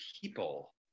people